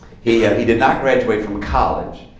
he he did not graduate from college,